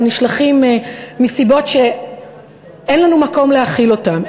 או נשלחים מסיבות שאין לנו מקום להכיל אותם,